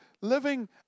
living